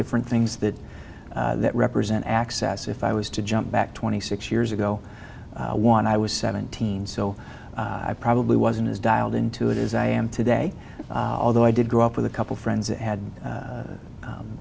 different things that that represent access if i was to jump back twenty six years ago when i was seventeen so i probably wasn't as dialed into it as i am today although i did grow up with a couple friends that had